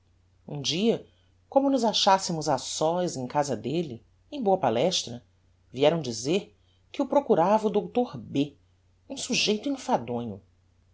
um dia como nos achassemos a sós em casa delle em boa palestra vieram dizer que o procurava o dr b um sujeito enfadonho